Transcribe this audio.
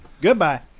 Goodbye